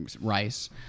rice